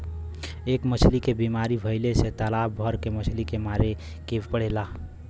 एक मछली के बीमारी भइले से तालाब भर के मछली के मारे के पड़ेला